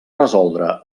resoldre